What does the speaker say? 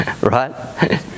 right